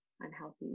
unhealthy